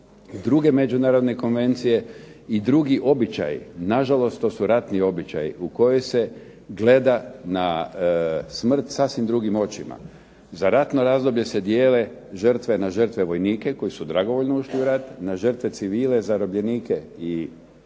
druge međunarodne konvencije i drugi običaji. Na žalost to su ratni običaji u kojoj se gleda na smrt sasvim drugim očima. Za ratno razdoblje se dijele žrtve na žrtve vojnike koji su dragovoljno otišli u rat, na žrtve civile zarobljenike i